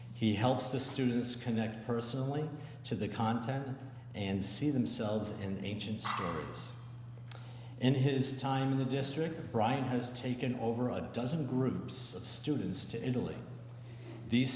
he helps the students connect personally to the content and see themselves in the agency and his time in the district brian has taken over a dozen groups of students to italy these